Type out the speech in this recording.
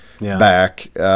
back